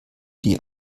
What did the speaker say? die